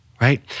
right